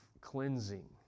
cleansing